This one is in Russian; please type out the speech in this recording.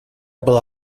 была